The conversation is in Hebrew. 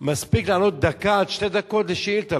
מספיק לענות דקה עד שתי דקות לשאילתא,